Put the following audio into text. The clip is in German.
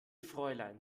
fräulein